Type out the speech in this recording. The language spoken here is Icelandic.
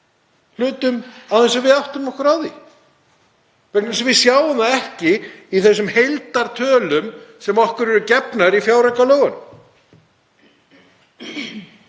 hlutum án þess að við áttum okkur á því vegna þess að við sjáum það ekki í þeim heildartölum sem okkur eru gefnar í fjáraukalögunum.